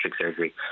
surgery